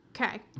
Okay